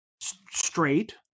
straight